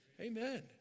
Amen